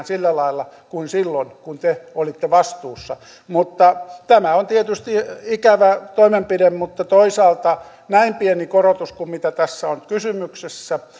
sillä lailla kuin silloin kun te olitte vastuussa tämä on tietysti ikävä toimenpide mutta toisaalta näin pieni korotus kuin mitä tässä on kysymyksessä